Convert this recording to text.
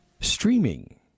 Streaming